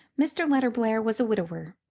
mr. letterblair was a widower,